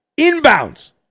Inbounds